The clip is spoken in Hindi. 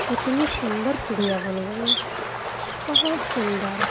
इतनी सुन्दर चिड़िया बन गई बहुत सुन्दर